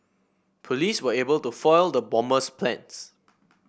police were able to foil the bomber's plans